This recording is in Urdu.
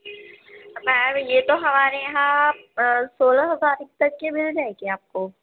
میم یہ تو ہمارے یہاں سولہ ہزار روپے تک کی مل جائے گی آپ کو